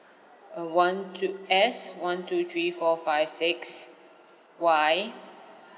uh one two S one two three four five six Y